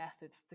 methods